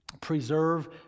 preserve